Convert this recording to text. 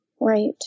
Right